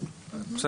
כי מי